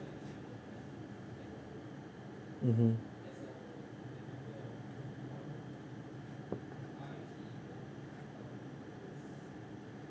mmhmm